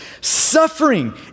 Suffering